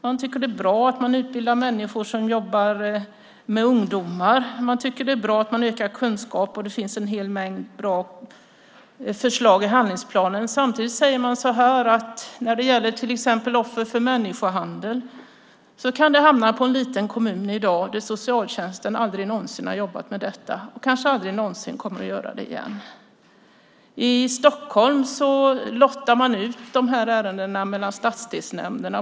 De tycker att det är bra att man utbildar människor som jobbar med ungdomar. De tycker att det är bra att man ökar kunskapen. Och det finns en hel mängd bra förslag i handlingsplanen. De säger när det gäller till exempel offer för människohandel att dessa kan hamna i en liten kommun där socialtjänsten aldrig någonsin har jobbat med detta och kanske aldrig någonsin kommer att göra det igen. I Stockholm lottar man ut dessa ärenden bland stadsdelsnämnderna.